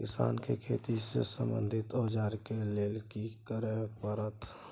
किसान के खेती से संबंधित औजार के लेल की करय परत?